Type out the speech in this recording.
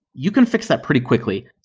you can fix that pretty quickly.